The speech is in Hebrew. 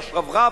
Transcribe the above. השרברב,